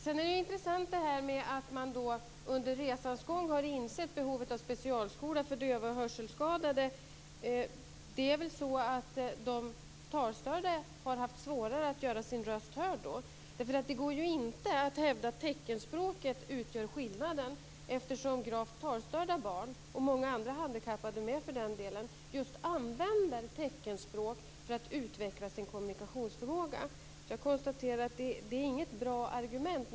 Sedan är det intressant att man under resans gång har insett behovet av specialskola för döva och hörselskadade. De talstörda har väl då haft svårare att göra sin röst hörd. Det går nämligen inte att hävda att teckenspråket utgör skillnaden, eftersom gravt talstörda barn - och många andra handikappade med, för den delen - använder just teckenspråk för att utveckla sin kommunikationsförmåga. Jag konstaterar alltså att detta inte är något bra argument.